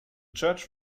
church